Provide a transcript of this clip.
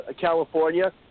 California